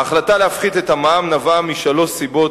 ההחלטה להפחית את המע"מ נבעה משלוש סיבות